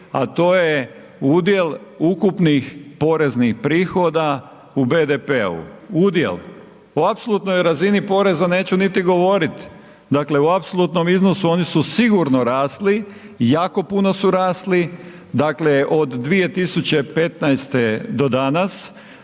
a to je udjel ukupnih poreznih prihoda u BDP-u, udjel. O apsolutnoj razini poreza neću niti govoriti, dakle u apsolutno iznosu oni su sigurno rasli, jako puno su rasli od 2015. ukupni